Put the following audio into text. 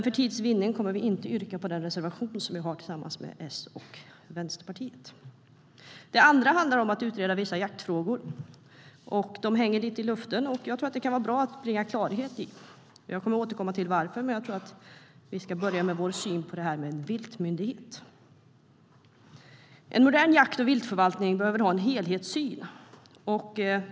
För tids vinnande kommer vi dock inte att yrka på den reservation som vi har tillsammans med Socialdemokraterna och Vänsterpartiet.En modern jakt och viltförvaltning måste ha en helhetssyn.